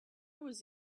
was